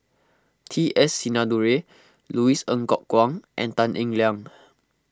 T S Sinnathuray Louis Ng Kok Kwang and Tan Eng Liang